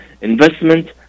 investment